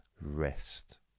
rest